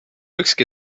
ükski